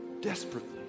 desperately